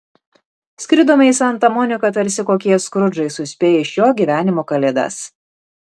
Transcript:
skridome į santa moniką tarsi kokie skrudžai suspėję į šio gyvenimo kalėdas